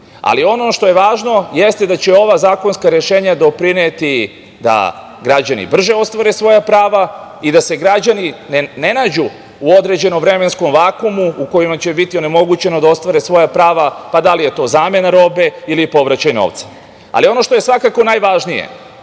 što je važno, jeste da će ova zakonska rešenja doprineti da građani brže ostvare svoja prava i da se građani ne nađu u određenom vremenskom vakumu u kojem će mu biti onemogućeno da ostvari svoja prava, pa da li je to zamena robe ili povraćaj novca. Ono što je svakako najvažnije,